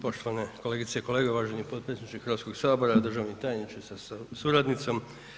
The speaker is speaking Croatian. Poštovane kolegice i kolege, uvaženi podpredsjedniče Hrvatskog sabora, državni tajniče sa suradnicom.